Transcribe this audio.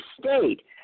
state